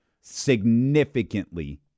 significantly